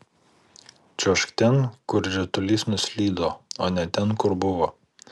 čiuožk ten kur ritulys nuslydo o ne ten kur buvo